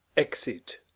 exit